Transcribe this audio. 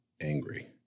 angry